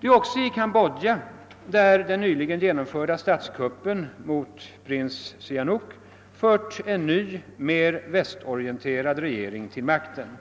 Det är också i Kambodja, där den nyligen genomförda statskuppen mot prins Sihanouk fört en ny, mer västorienterad regering till makten.